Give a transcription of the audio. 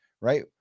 right